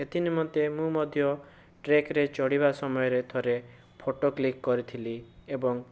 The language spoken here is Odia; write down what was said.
ଏଥି ନିମନ୍ତେ ମୁଁ ମଧ୍ୟ ଟ୍ରେକରେ ଚଢ଼ିବା ସମୟରେ ଥରେ ଫଟୋ କ୍ଲିକ କରିଥିଲି ଏବଂ